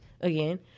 again